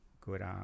good